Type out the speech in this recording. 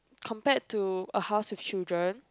compared to a house with children